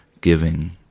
giving